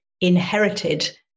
inherited